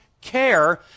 care